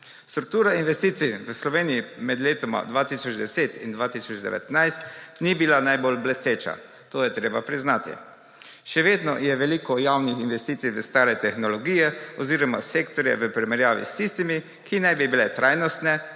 Struktura investicij v Sloveniji med letoma 2010 in 2019 ni bila najbolj blesteča, to je treba priznati. Še vedno je veliko javnih investicij v stare tehnologije oziroma sektorje v primerjavi s tistimi, ki naj bi bile trajnostne,